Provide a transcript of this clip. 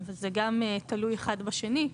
זה גם תלוי אחד בשני.